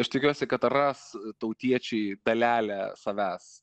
aš tikiuosi kad ras tautiečiai dalelę savęs